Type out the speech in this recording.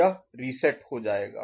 यह रीसेट हो जाएगा